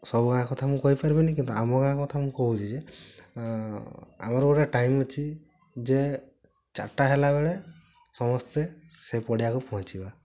ସବୁ ଗାଁ କଥା ମୁଁ କହି ପାରିବିନି କିନ୍ତୁ ଆମ ଗାଁ କଥା ମୁଁ କହୁଛି ଯେ ଆମର ଗୋଟେ ଟାଇମ୍ ଅଛି ଯେ ଚାରିଟା ହେଲା ବେଳେ ସମସ୍ତେ ସେ ପଡ଼ିଆ କୁ ପହଞ୍ଚିବା